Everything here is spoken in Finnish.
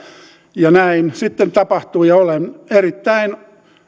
ja näin sitten tapahtui ja olen erittäin